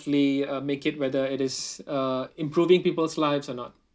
utimately uh make it whether it is uh improving people's lives or not